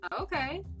Okay